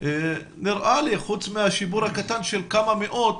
נראה לי שחוץ מהשיפור הקטן של כמה מאות,